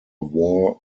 war